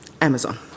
Amazon